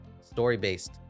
story-based